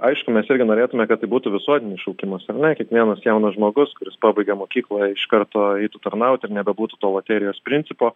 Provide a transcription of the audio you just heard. aišku mes irgi norėtume kad tai būtų visuotinis šaukimas ar ne kiekvienas jaunas žmogus kuris pabaigia mokyklą iš karto eitų tarnauti ir nebebūtų tuo loterijos principo